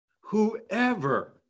whoever